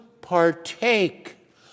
partake